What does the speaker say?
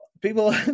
People